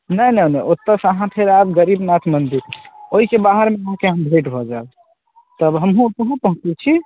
नहि नहि नहि ओतऽसँ अहाँ फेर आयब गरीबनाथ मन्दिर ओहिके बाहर हम अहाँकेँ भेट भऽ जाएब तब हमहूँ ओतहि पहुँचैत छी